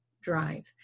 drive